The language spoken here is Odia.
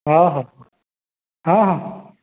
ହଁ ହଉ ହଁ ହଁ